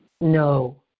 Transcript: No